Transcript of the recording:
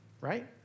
right